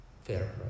fair